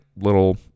little